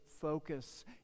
focus